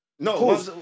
No